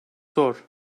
zor